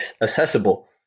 accessible